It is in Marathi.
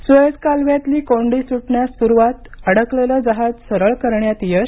सुएझ कालव्यातली कोंडी सुटण्यास सुरवात अडकलेलं जहाज सरळ करण्यात यश